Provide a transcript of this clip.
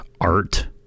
art